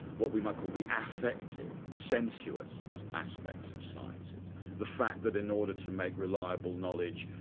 what we might call the affective, the sensuous aspects of sciences the fact that in order to make reliable knowledge,